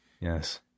Yes